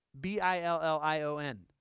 B-I-L-L-I-O-N